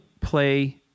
play